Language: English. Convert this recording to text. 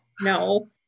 no